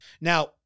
Now